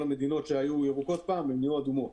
כל המדינות שהיו ירוקות פעם נהיו אדומות